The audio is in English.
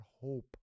hope